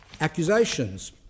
accusations